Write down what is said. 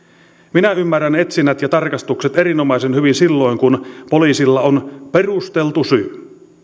minä ymmärrän etsinnät ja tarkastukset erinomaisen hyvin silloin kun poliisilla on perusteltu syy